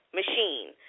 machine